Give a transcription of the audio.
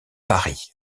paris